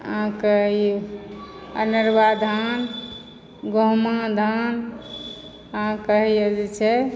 अहाँक ई अनरुआ धान गहुमा धान अहाँक हइयाँ जे छै